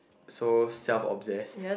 so self obsessed